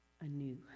anew